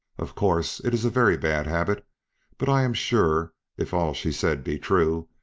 of course, it is a very bad habit but i am sure, if all she says be true,